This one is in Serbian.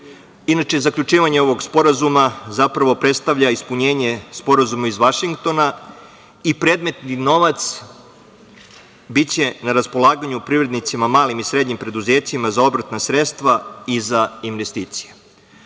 Inače, zaključivanje ovog sporazuma zapravo predstavlja ispunjenje Sporazuma iz Vašingtona i predmetni novac biće na raspolaganju privrednicima, malim i srednjim preduzećima za obrtna sredstva i za investicije.